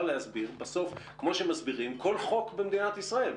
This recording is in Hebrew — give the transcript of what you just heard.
להסביר כמו שמסבירים כל חוק במדינת ישראל.